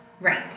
Right